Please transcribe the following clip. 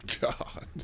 God